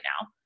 now